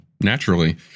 naturally